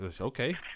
Okay